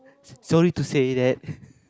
sorry to say that